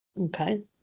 Okay